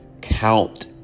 count